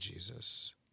Jesus